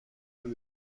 بود